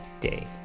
day